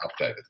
updated